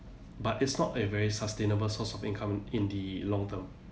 but it's not a very sustainable source of income in the long term